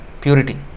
purity